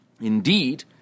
Indeed